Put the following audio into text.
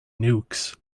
nukes